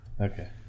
okay